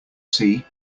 see